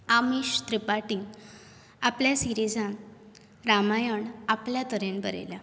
आमीश त्रिपाटीन आपल्या सिरिजांत रामायण आपल्या तरेन बरयल्या